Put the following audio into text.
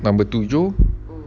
number tujuh